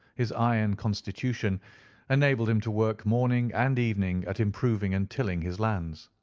his iron constitution enabled him to work morning and evening at improving and tilling his lands.